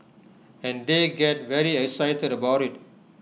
and they get very excited about IT